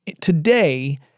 today